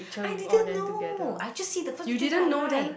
I didn't know I just see the first picture then I like